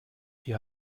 ihr